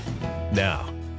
Now